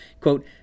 Quote